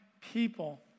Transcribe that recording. people